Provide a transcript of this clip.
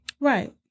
Right